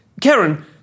Karen